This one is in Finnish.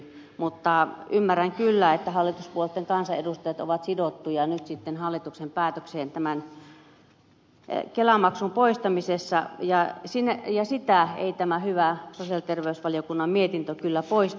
mutta ymmärrän kyllä että hallituspuolueiden kansanedustajat ovat sidottuja nyt sitten hallituksen päätökseen kelamaksun poistamisessa ja sitä tämä hyvä sosiaali ja terveysvaliokunnan mietintö ei kyllä poista